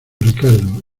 ricardo